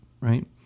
right